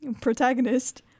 protagonist